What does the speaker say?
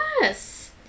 Yes